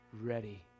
ready